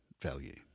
value